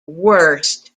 worst